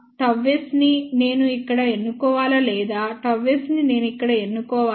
ΓS ని నేను ఇక్కడ ఎన్నుకోవాలా లేదా ΓS ని నేను ఇక్కడ ఎన్నుకోవాలా